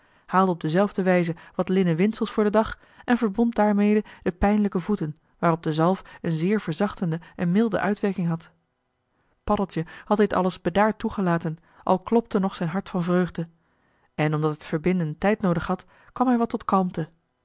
haalde op dezelfde wijze wat linnen windsels voor den dag en verbond daarmede de pijnlijke voeten waarop de zalf een zeer verzachtende en milde uitwerking had paddeltje had dit alles bedaard toegelaten al klopte nog zijn hart van vreugde en omdat het verbinden tijd noodig had kwam hij wat tot kalmte